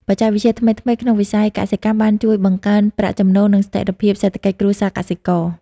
បច្ចេកវិទ្យាថ្មីៗក្នុងវិស័យកសិកម្មបានជួយបង្កើនប្រាក់ចំណូល និងស្ថិរភាពសេដ្ឋកិច្ចគ្រួសារកសិករ។